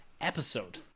episode